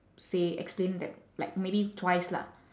say explain that like maybe twice lah